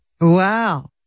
Wow